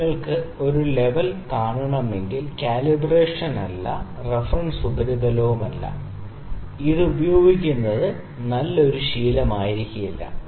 എനിക്ക് താഴത്തെ വശത്ത് നിന്ന് ഒരു ലെവൽ കാണണമെങ്കിൽ ഇത് കാലിബ്രേഷൻ അല്ല അല്ലെങ്കിൽ ഇത് റഫറൻസ് ഉപരിതലമല്ല ഇത് ഉപയോഗിക്കുന്നത് നല്ലൊരു പരിശീലനമായിരിക്കില്ല